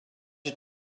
est